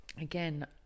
again